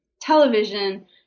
television